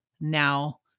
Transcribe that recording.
now